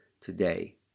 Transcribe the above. today